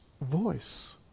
voice